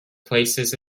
places